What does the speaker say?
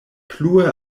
plue